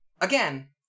again